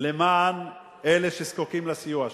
למען אלה שזקוקים לסיוע שלו.